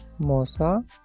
mosa